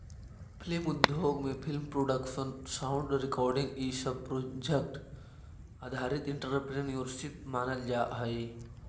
film उद्योग में film production sound recording इ सब प्रोजेक्ट आधारित एंटरप्रेन्योरशिप मानल जा हई